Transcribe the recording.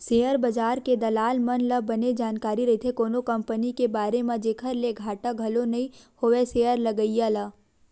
share बजार के दलाल मन ल बने जानकारी रहिथे कोनो कंपनी के बारे म जेखर ले घाटा घलो नइ होवय सेयर लगइया ल